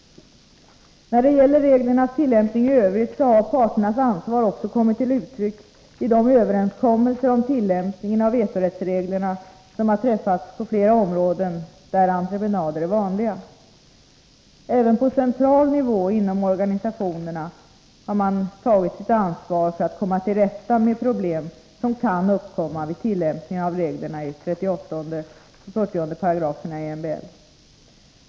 När det gäller reglernas tillämpning i övrigt har parternas ansvar också kommit till uttryck i de överenskommelser om tillämpningen av vetorättsreglerna som har träffats på flera områden där entreprenader är vanliga. Även på central nivå inom.organisationerna har man tagit sitt ansvar för att komma till rätta med problem som kan uppkomma vid tillämpningen av reglerna i 38-40 §§ MBL.